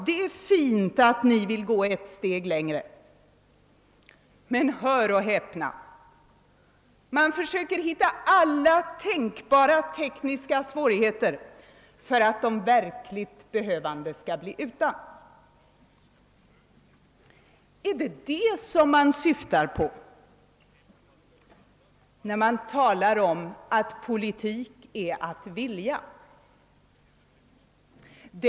Det är fint att ni vill gå ett steg längre.» Men hör och häpna — man försöker hitta alla tänkbara tekniska svårigheter för att de verkligt behövande skall bli utan. Är det detta man syftar på när man talar om att politik är att vilja?